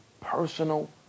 personal